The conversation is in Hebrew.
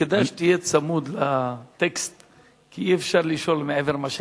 כדאי שתהיה צמוד לטקסט כי אי-אפשר לשאול מעבר למה שכתוב.